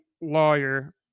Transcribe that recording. lawyer